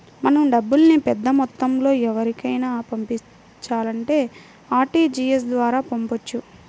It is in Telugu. మనం డబ్బుల్ని పెద్దమొత్తంలో ఎవరికైనా పంపించాలంటే ఆర్టీజీయస్ ద్వారా పంపొచ్చు